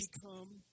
become